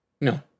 No